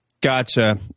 Gotcha